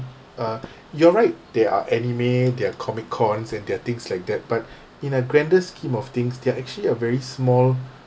uh you're right there are anime there are comic cons and there're things like that but in a grander scheme of things they're actually a very small